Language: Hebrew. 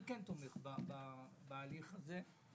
אני כן תומך בהליך הזה.